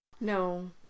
No